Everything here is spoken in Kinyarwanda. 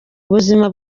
ubuzima